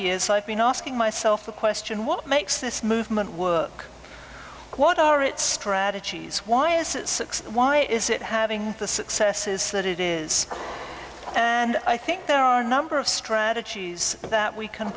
years i've been asking myself the question what makes this movement work what are its strategies why is that success why is it having the successes that it is and i think there are a number of strategies that we can